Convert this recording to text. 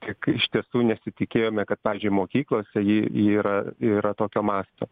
tik iš tiesų nesitikėjome kad pavyzdžiui mokyklose ji yra yra tokio masto